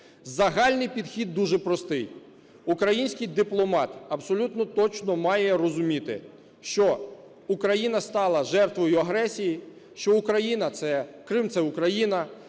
Загальний підхід дуже простий. Український дипломат абсолютно точно має розуміти, що Україна стала жертвою агресії, що Крим – це Україна,